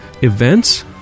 events